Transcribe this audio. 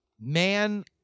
Man